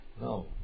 No